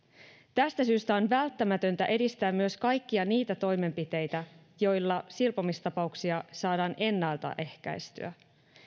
tästä syystä on välttämätöntä edistää myös kaikkia niitä toimenpiteitä joilla silpomistapauksia saadaan ennalta ehkäistyä